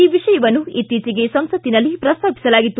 ಈ ವಿಷಯವನ್ನು ಇತ್ತೀಚೆಗೆ ಸಂಸತ್ತಿನಲ್ಲಿ ಪ್ರಸ್ತಾಪಿಸಲಾಗಿತ್ತು